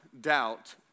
doubt